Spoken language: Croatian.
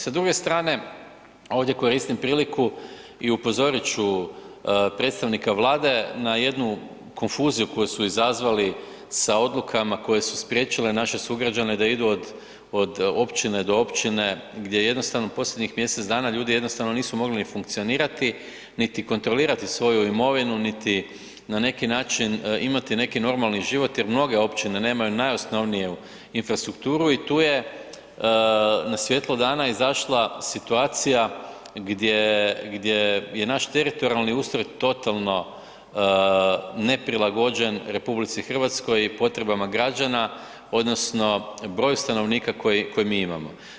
Sa druge strane, ovdje koristim priliku i upozorit ću predstavnika Vlade na jednu konfuziju koju su izazvali sa odlukama koje su spriječile naše sugrađane da idu od općine do općine gdje jednostavno posljednjih mjesec dana ljudi jednostavno nisu mogli ni funkcionirati niti kontrolirati svoju imovinu niti na neki način imati neki normalni život jer mnoge općine nemaju najosnovniju infrastrukturu i tu je na svjetlo dana izašla situacija gdje je naš teritorijalni ustroj totalno neprilagođen RH i potrebama građana odnosno broju stanovnika koji mi imamo.